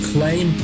Claim